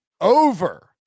over